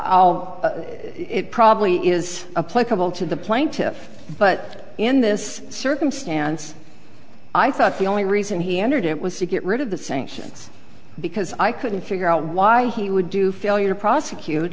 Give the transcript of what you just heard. it probably is a plague of all to the plaintiffs but in this circumstance i thought the only reason he entered it was to get rid of the sanctions because i couldn't figure out why he would do failure to prosecute